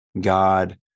God